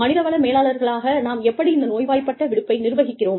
மனிதவள மேலாளர்களாக நாம் எப்படி இந்த நோய்வாய்ப்பட்ட விடுப்பை நிர்வகிக்கிறோம்